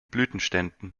blütenständen